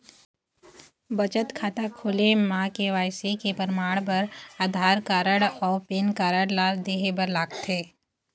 बचत खाता खोले म के.वाइ.सी के परमाण बर आधार कार्ड अउ पैन कार्ड ला देहे बर लागथे